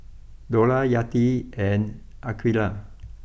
Dollah Yati and Aqeelah